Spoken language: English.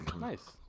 Nice